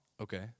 okay